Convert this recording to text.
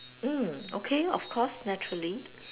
mm okay of course naturally